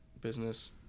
business